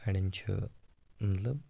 اَڑٮ۪ن چھُ مطلب